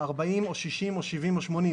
יש רמת אי ודאות לא פשוטה.